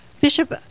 Bishop